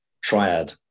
triad